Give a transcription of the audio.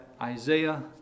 Isaiah